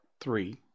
three